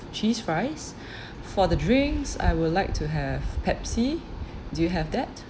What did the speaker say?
cheese fries for the drinks I would like to have Pepsi do you have that